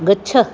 गच्छ